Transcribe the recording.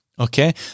Okay